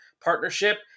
partnership